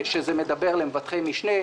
שזה מדבר על מבטחי-משנה,